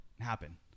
happen